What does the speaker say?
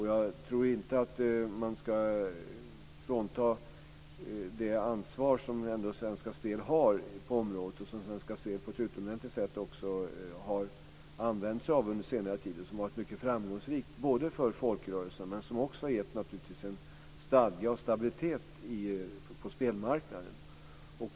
Jag tror inte att man ska frånta Svenska Spel det ansvar som de har på området, som Svenska Spel på ett utomordentligt sätt också har använt sig av under senare tid och som har varit mycket framgångsrikt, både för folkrörelserna och för att ge stadga och stabilitet på spelmarknaden.